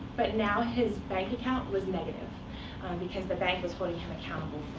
but now, his bank account was negative because the bank was holding him accountable